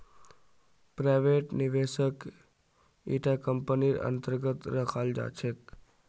private निवेशकक इटा कम्पनीर अन्तर्गत रखाल जा छेक